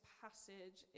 passage